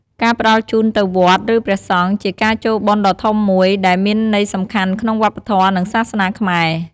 ការផ្តល់ជូនទៅវត្ត ឬព្រះសង្ឃ ជាការចូលបុណ្យដ៏ធំមួយ ដែលមានន័យសំខាន់ក្នុងវប្បធម៌ និងសាសនាខ្មែរ។